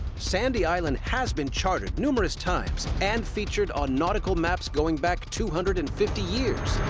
sandy island has been charted numerous times and featured on nautical maps going back two hundred and fifty years.